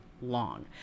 long